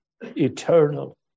eternal